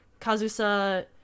Kazusa